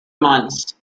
months